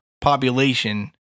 population